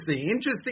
Interesting